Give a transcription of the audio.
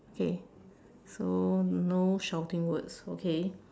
okay so no shouting words okay